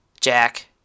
Jack